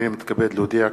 אני מתכבד להודיע,